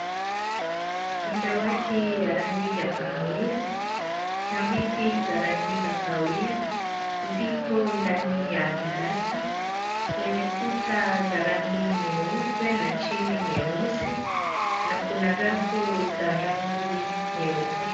Madawati ya rangi ya kahawia. Na viti za rangi za kahawia. Ziko ndani ya darasa. Lenye kuta za rangi nyeupe na chini nyeusi. Na kuna rafu za rangi nyeupe.